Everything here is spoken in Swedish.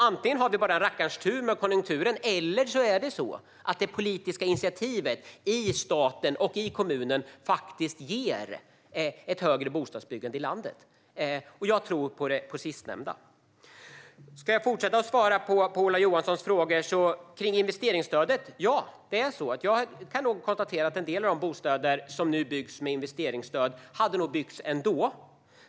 Antingen har vi bara en rackarns tur med konjunkturen eller så är det så att det politiska initiativet i stat och kommun faktiskt ger ett högre bostadsbyggande i landet. Jag tror på det sistnämnda. Som svar på Ola Johanssons frågor kring investeringsstödet kan jag säga att ja, så är det. Jag kan nog konstatera att en del av de bostäder som nu byggs med investeringsstöd skulle ha byggts ändå.